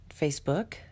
Facebook